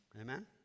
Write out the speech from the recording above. Amen